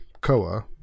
Koa